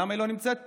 למה היא לא נמצאת פה?